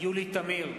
יולי תמיר,